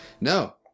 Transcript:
no